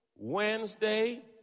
Wednesday